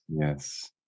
Yes